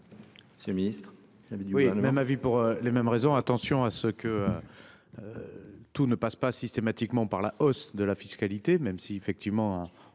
Monsieur le ministre,